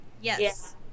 Yes